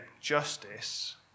justice